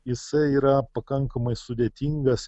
jisai yra pakankamai sudėtingas